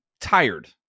tired